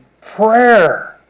prayer